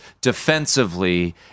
defensively